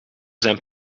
zijn